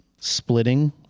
Splitting